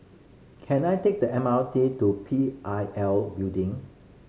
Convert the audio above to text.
can I take the M R T to P I L Building